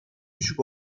düşük